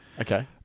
Okay